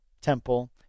temple